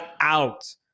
out